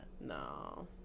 No